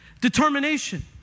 determination